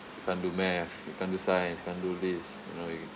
you can't do math you can't do science can't do this you know you